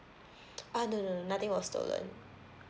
ah no no nothing was stolen